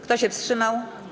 Kto się wstrzymał?